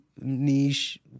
niche